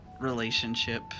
relationship